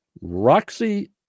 Roxy